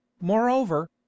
moreover